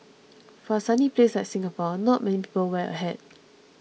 for a sunny place like Singapore not many people wear a hat